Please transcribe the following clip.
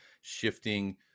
shifting